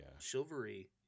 chivalry